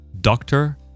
doctor